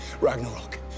Ragnarok